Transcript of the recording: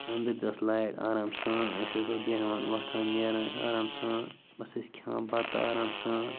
أنٛدٕرۍ تہِ ٲسۍ لایِٹ آرام سان أسۍ ٲسۍ پَتہٕ بیٚہوان وۄتھان نیران آرام سان بَس ٲسۍ کھٮ۪وان بَتہٕ آرام سان